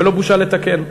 ולא בושה לתקן.